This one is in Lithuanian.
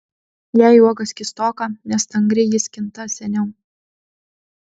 jei uoga skystoka nestangri ji skinta seniau